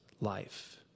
life